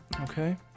okay